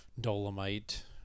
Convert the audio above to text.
Dolomite